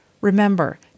Remember